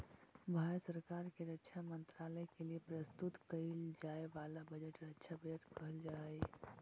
भारत सरकार के रक्षा मंत्रालय के लिए प्रस्तुत कईल जाए वाला बजट रक्षा बजट कहल जा हई